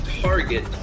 target